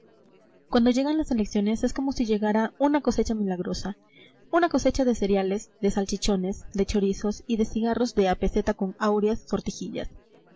cuando llegan las elecciones es como si llegara una cosecha milagrosa una cosecha de cereales de salchichones de chorizos y de cigarros de a peseta con áureas sortijillas